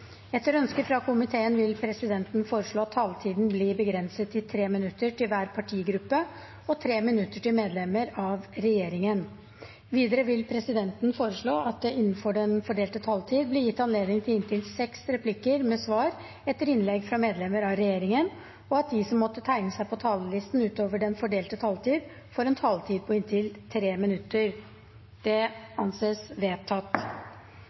Etter ønske fra justiskomiteen vil presidenten foreslå at taletiden blir begrenset til 5 minutter til hver partigruppe og 5 minutter til medlemmer av regjeringen. Videre vil presidenten foreslå at det – innenfor den fordelte taletid – blir gitt anledning til inntil fem replikker med svar etter innlegg fra medlemmer av regjeringen, og at de som måtte tegne seg på talerlisten utover den fordelte taletid, får en taletid på inntil 3 minutter. – Det anses vedtatt.